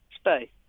Stay